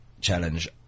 challenge